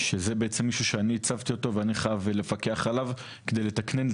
שזה בעצם מישהו שאני הצבתי ואני חייב לפקח עליו על מנת לתכנן,